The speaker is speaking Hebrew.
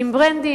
עם ברנדי,